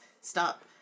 Stop